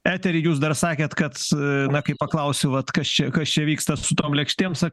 eterį jūs dar sakėt kad na kai paklausiu vat kas čia kas čia vyksta su tom lėkštėm sakai